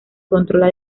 controla